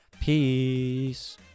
Peace